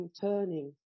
turning